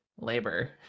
labor